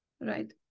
Right